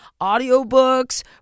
Audiobooks